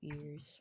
ears